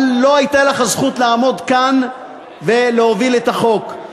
אבל לא הייתה לך הזכות לעמוד כאן ולהוביל את החוק,